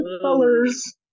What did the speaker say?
colors